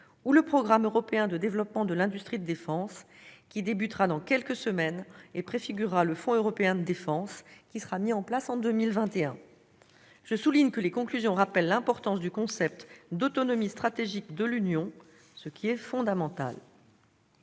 ou le programme européen de développement de l'industrie de défense, qui commencera dans quelques semaines et préfigurera le Fonds européen de défense qui sera mis en place en 2021. Je note que les conclusions rappellent l'importance du concept d'autonomie stratégique de l'Union qui est fondamental.